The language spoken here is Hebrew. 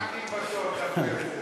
לא, דווקא הרבה משקיעים מחכים בתור לזה.